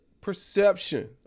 perception